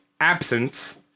absence